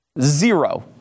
zero